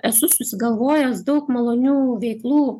esu susigalvojęs daug malonių veiklų